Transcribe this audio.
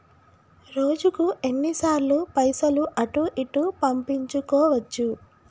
రోజుకు ఎన్ని సార్లు పైసలు అటూ ఇటూ పంపించుకోవచ్చు?